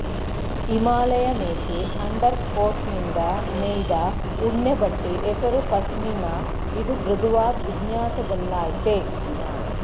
ಹಿಮಾಲಯಮೇಕೆ ಅಂಡರ್ಕೋಟ್ನಿಂದ ನೇಯ್ದ ಉಣ್ಣೆಬಟ್ಟೆ ಹೆಸರು ಪಷ್ಮಿನ ಇದು ಮೃದುವಾದ್ ವಿನ್ಯಾಸದಲ್ಲಯ್ತೆ